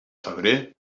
febrer